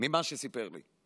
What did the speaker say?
ממה שסיפר לי.